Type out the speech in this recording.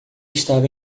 estava